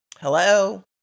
Hello